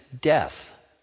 death